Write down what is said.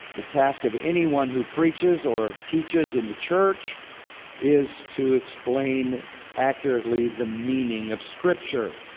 the task of anyone who preaches or teaches in the church is to explain accurately the meaning of scripture.